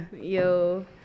Yo